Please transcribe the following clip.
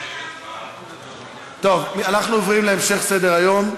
אנחנו עוברים להמשך סדר-היום,